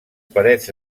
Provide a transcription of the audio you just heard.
parets